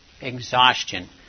exhaustion